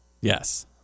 Yes